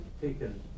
taken